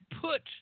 put –